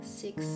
six